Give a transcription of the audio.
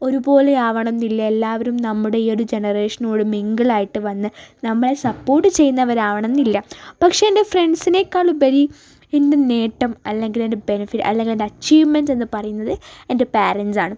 ഒരുപോലെയാവണം എന്നില്ല എല്ലാവരും നമ്മുടെ ഈ ഒരു ജനറേഷനോട് മിങ്കിളായിട്ട് വന്ന് നമ്മളെ സപ്പോർട്ട് ചെയ്യുന്നവരാവണം എന്നില്ല പക്ഷേ എന്റെ ഫ്രണ്ട്സിനെക്കാളുപരി എന്റെ നേട്ടം അല്ലെങ്കിൽ എന്റെ ബെനിഫിറ്റ് അല്ലെങ്കിൽ എന്റെ അച്ചീവ്മെൻ്റ് എന്നു പറയുന്നത് എന്റെ പേരൻ്റ്സാണ്